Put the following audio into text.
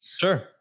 Sure